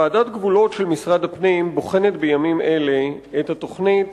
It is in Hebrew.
ועדת גבולות של משרד הפנים בוחנת בימים אלה את התוכנית